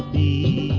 ie